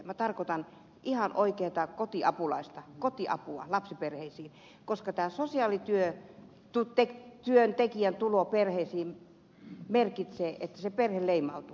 minä tarkoitan ihan oikeata kotiapulaista kotiapua lapsiperheisiin koska sosiaalityöntekijän tulo perheisiin merkitsee sitä että se perhe leimautuu